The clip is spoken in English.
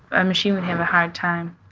a machine would have a hard time